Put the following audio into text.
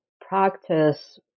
practice